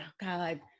god